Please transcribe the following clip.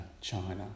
China